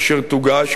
אשר תוגש,